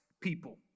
people